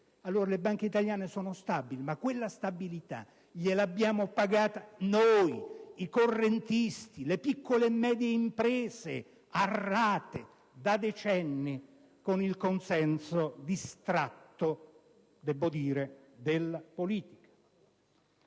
europea. Le banche italiane sono stabili, ma quella stabilità gliel'abbiamo pagata noi, i correntisti e le piccole medie imprese, a rate, da decenni, con il consenso distratto della politica.